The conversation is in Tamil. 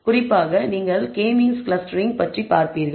குறிப்பாக நீங்கள் kகே மீன்ஸ் க்ளஸ்டரிங் பற்றி பார்ப்பீர்கள்